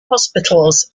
hospitals